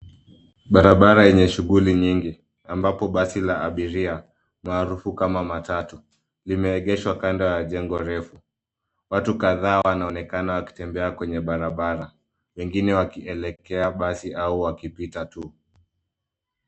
Barabara yenye shughuli nyingi ambapo basi la abiria maarufu kama matatu limeegeshwa kando ya jengo refu. Watu kadhaa wanaonekana wakitembea kwenye barabara, wengine wakielekea basi au wakipita tu.